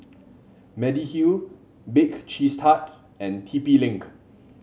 Mediheal Bake Cheese Tart and T P Link